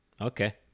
Okay